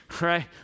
right